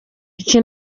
iki